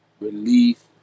Relief